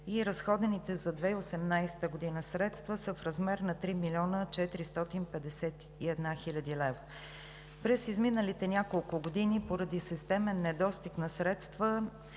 Разходените за 2018 г. средства са в размер на 3 млн. 451 хил. лв. През изминалите няколко години поради системен недостиг на средства